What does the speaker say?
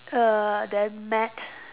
err then Matt